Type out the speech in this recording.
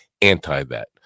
anti-that